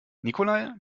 nikolai